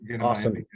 Awesome